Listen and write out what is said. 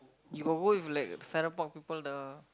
you got go with like Farrer Park people the